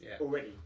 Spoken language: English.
already